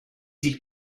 sich